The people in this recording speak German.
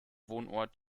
wohnort